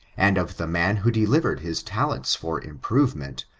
and of the man who delivered his talents for improvement,